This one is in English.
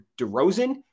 DeRozan